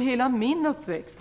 Hela min uppväxt